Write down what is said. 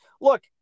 look